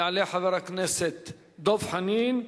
יעלה חבר הכנסת דב חנין,